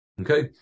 Okay